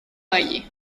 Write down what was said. valle